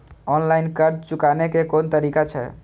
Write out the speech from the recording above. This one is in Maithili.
ऑनलाईन कर्ज चुकाने के कोन तरीका छै?